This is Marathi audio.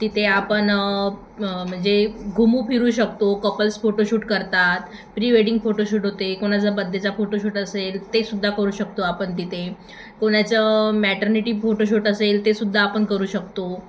तिथे आपण म्हणजे घुमू फिरू शकतो कपल्स फोटोशूट करतात प्री वेडिंग फोटोशूट होते कोणाचा बड्डेचा फोटोशूट असेल ते सुद्धा करू शकतो आपण तिथे कोणाचं मॅटर्निटी फोटोशूट असेल ते सुद्धा आपण करू शकतो